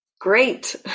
Great